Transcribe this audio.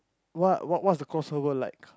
what what what's the cost like